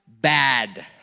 bad